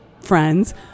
friends